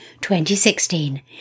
2016